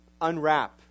unwrap